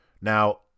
Now